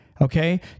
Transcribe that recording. Okay